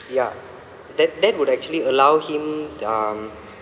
ya that that would actually allow him um